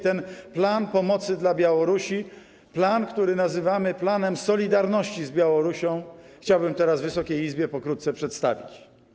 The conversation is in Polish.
Ten plan pomocy dla Białorusi, plan, który nazywamy planem solidarności z Białorusią, chciałbym teraz Wysokiej Izbie pokrótce przedstawić.